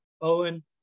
Owen